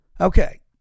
Okay